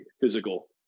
physical